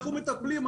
אנחנו מטפלים,